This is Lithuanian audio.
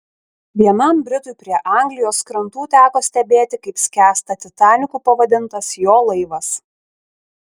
vienam britui prie anglijos krantų teko stebėti kaip skęsta titaniku pavadintas jo laivas